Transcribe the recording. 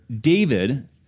David